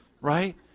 right